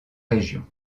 région